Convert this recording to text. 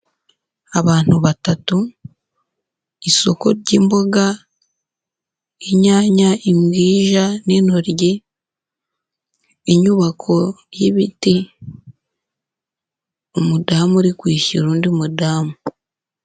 Abantu batatu isoko ry'imboga, inyanya, imwija n'intoryi. Inyubako y'ibiti umudamu uri kwishyura undi mudamu.